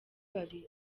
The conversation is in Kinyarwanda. babiri